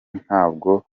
ntabwo